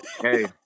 Hey